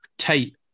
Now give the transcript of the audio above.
tape